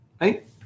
right